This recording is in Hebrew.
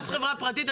אף חברה פרטית?